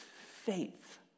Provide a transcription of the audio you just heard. faith